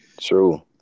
true